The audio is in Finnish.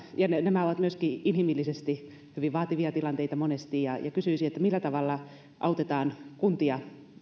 ja lastensuojelu nämä ovat myöskin inhimillisesti hyvin vaativia tilanteita monesti kysyisin millä tavalla autetaan kuntia